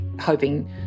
hoping